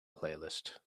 playlist